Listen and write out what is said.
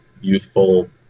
youthful